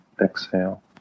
Exhale